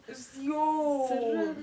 it's yole